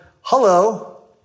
hello